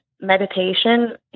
meditation